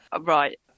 Right